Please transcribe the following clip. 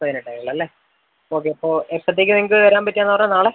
പതിനെട്ട് ആയല്ലോ അല്ലേ ഓക്കെ അപ്പം എപ്പത്തേക്ക് നിങ്ങൾക്ക് വരാൻ പറ്റുമെന്നാണ് പറഞ്ഞത് നാളെ